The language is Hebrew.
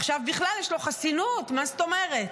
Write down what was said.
עכשיו בכלל יש לו חסינות, מה זאת אומרת?